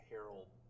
Harold